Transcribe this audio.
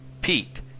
Pete